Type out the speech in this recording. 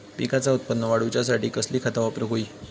पिकाचा उत्पन वाढवूच्यासाठी कसली खता वापरूक होई?